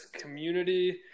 community